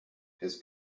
his